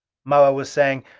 moa was saying,